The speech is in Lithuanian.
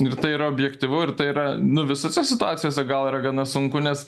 ir tai yra objektyvu ir tai yra nu visose situacijose gal yra gana sunku nes